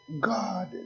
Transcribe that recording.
God